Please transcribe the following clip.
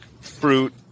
fruit